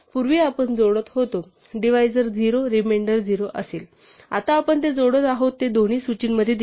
पूर्वी आपण जोडत होतो डिव्हायजर 0 रिमेंडर 0 असेल आता आपण ते जोडत आहोत ते दोन्ही सूचीमध्ये दिसते